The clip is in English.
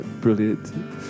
Brilliant